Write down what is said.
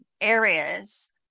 areas